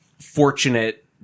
fortunate